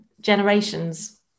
generations